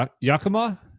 Yakima